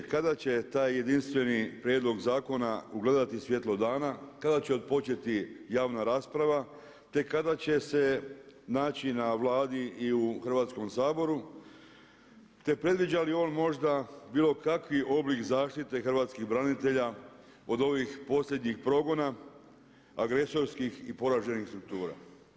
Kada će taj jedinstveni prijedlog zakona ugledati svjetlo dana, kada će otpočeti javna rasprava, te kada će se naći na Vladi i u Hrvatskom saboru, te predviđa li on možda bilo kakvi oblik zaštite hrvatskih branitelja od ovih posljednjih progona agresorskih i poraženih struktura.